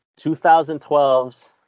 2012's